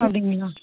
அப்படிங்களா